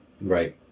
Right